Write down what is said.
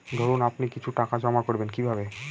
ধরুন আপনি কিছু টাকা জমা করবেন কিভাবে?